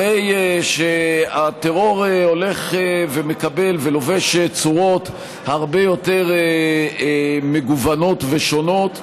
הרי הטרור הולך ומקבל ולובש צורות הרבה יותר מגוונות ושונות.